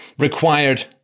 required